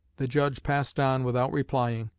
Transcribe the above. the judge passed on without replying,